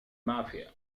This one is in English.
mafia